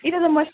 ঠিক আছে মই